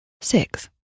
six